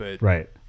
Right